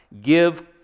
give